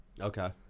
Okay